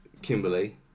Kimberly